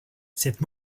cette